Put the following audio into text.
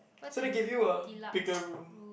so they give you a bigger room